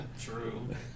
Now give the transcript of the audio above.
True